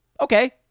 Okay